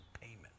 payment